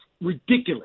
ridiculous